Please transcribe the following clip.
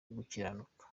gukiranuka